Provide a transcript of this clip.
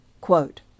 quote